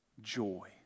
joy